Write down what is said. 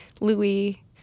Louis